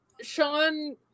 Sean